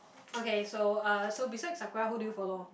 okay so uh so besides Sakura who do you follow